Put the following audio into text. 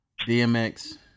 DMX